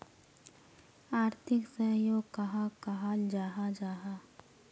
आर्थिक सहयोग कहाक कहाल जाहा जाहा?